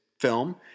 film